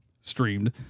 streamed